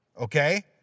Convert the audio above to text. Okay